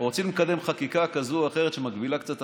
רוצים לקדם חקיקה כזו או אחרת שמגבילה קצת את